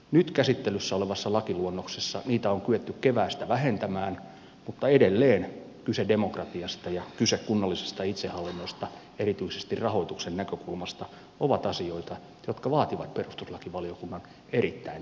nyt käsittelyssä olevassa lakiluonnoksessa niitä on kyetty keväästä vähentämään mutta edelleen kyse demokratiasta ja kyse kunnallisesta itsehallinnosta erityisesti rahoituksen näkökulmasta ovat asioita jotka vaativat perustuslakivaliokunnan erittäin tarkan arvioinnin